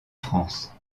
france